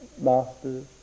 Masters